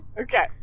Okay